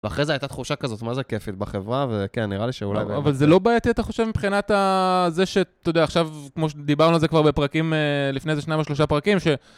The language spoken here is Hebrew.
ואחרי זה הייתה תחושה כזאת, מה זה הכיפית בחברה, וכן, נראה לי שאולי... אבל זה לא בעייתי, אתה חושב, מבחינת זה שאתה יודע, עכשיו, כמו שדיברנו על זה כבר בפרקים לפני איזה שניים או שלושה פרקים, ש...